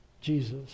Jesus